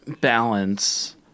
balance